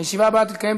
הישיבה הבאה תתקיים,